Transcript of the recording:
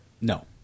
No